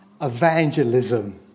evangelism